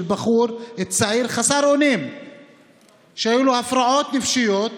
של בחור צעיר חסר אונים שהיו לו הפרעות נפשיות,